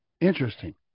Interesting